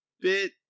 bit